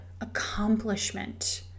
accomplishment